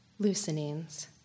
loosenings